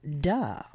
duh